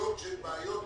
הבעיות שהן בעיות